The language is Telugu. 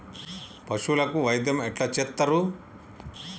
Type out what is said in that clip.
పశువులకు వైద్యం ఎట్లా చేత్తరు?